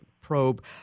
probe